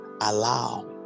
allow